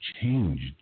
changed